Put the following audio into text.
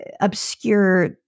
obscure